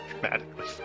dramatically